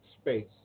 space